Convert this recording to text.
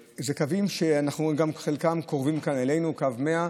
שחלקם קרובים אלינו, קו 100,